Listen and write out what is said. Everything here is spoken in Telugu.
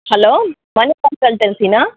హలో మణిపాల్ కన్సల్టెన్సీనా